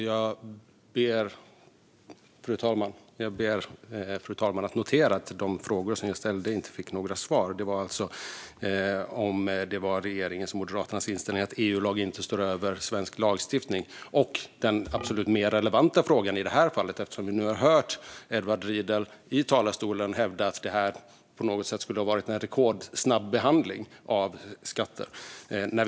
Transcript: Fru talman! Jag ber fru talman att notera att de frågor som jag ställde inte fick några svar, nämligen om det var regeringens och Moderaternas inställning att EU-lag inte står över svensk lagstiftning. Det var den absolut mer relevanta frågan i det här fallet. Vi har nu hört Edward Riedl i talarstolen hävda att det på något sätt skulle vara en rekordsnabb behandling av skatter.